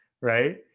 right